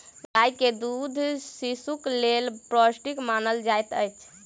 गाय के दूध शिशुक लेल पौष्टिक मानल जाइत अछि